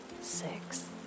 Six